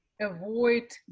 avoid